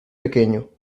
pequeño